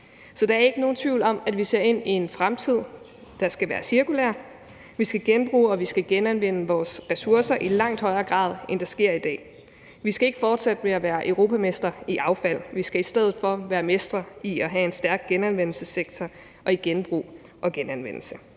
Så der er ikke nogen tvivl om, at vi ser ind i en fremtid, der skal være cirkulær. Vi skal genbruge og vi skal genanvende vores ressourcer i langt højere grad, end det sker i dag. Vi skal ikke fortsætte med at være europamestre i affald – vi skal i stedet for være mestre i at have en stærk genanvendelsessektor og i genbrug og genanvendelse.